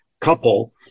couple